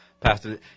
Pastor